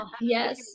Yes